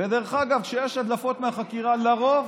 ודרך אגב, כשיש הדלפות מהחקירה, לרוב